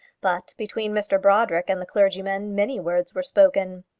but between mr brodrick and the clergyman many words were spoken.